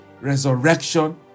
resurrection